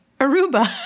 Aruba